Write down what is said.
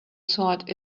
thought